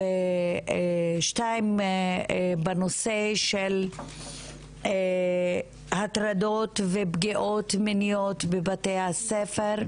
ה-22 בנושא של הטרדות ופגיעות מיניות בבתי הספר,